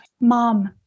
mom